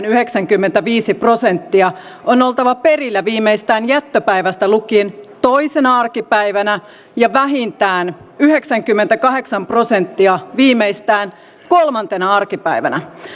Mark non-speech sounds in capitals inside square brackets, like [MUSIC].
[UNINTELLIGIBLE] yhdeksänkymmentäviisi prosenttia on oltava perillä viimeistään jättöpäivästä lukien toisena arkipäivänä ja vähintään yhdeksänkymmentäkahdeksan prosenttia viimeistään kolmantena arkipäivänä